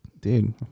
Dude